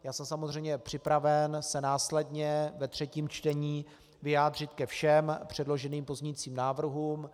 Já jsem samozřejmě připraven se následně ve třetím čtení vyjádřit ke všem předloženým pozměňujícím návrhům.